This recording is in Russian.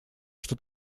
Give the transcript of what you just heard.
что